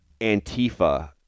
Antifa